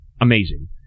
amazing